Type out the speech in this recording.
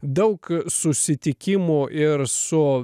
daug susitikimų ir su